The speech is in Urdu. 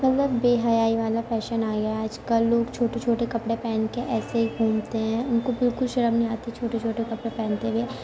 مطلب بےحیائی والا فیشن آ گیا ہے آج کل لوگ چھوٹے چھوٹے کپڑے پہن کے ایسے ہی گھومتے ہیں ان کو بالکل شرم نہیں آتی چھوٹے چھوٹے کپڑے پہنتے ہوئے